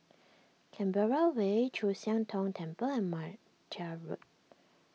Canberra Way Chu Siang Tong Temple and Martia Road